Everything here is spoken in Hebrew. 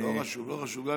לא חשוב, לא חשוב.